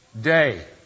day